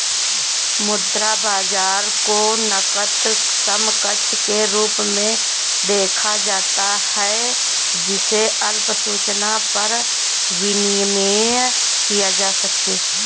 मुद्रा बाजार को नकद समकक्ष के रूप में देखा जाता है जिसे अल्प सूचना पर विनिमेय किया जा सके